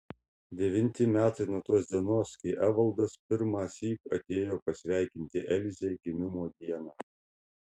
devinti metai nuo tos dienos kai evaldas pirmąsyk atėjo pasveikinti elzę gimimo dieną